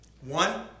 One